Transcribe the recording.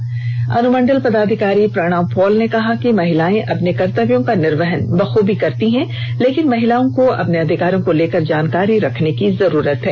इस मौके पर अनुमंडल पदाधिकारी प्रणब पॉल ने कहा कि महिलाएं अपने कर्त्तव्यों का निर्वहन बखूबी करती हैं लेकिन महिलाओं को अपने अधिकारों को लेकर जानकारी रखने की जरूरत है